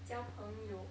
交朋友